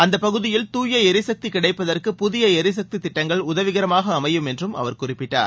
அந்த பகுதியில் தாய எரிசக்தி கிடைப்பதற்கு புதிய எரிசக்தி திட்டங்கள் உதவிகரமாக அமையும் என்று அவர் குறிப்பிட்டார்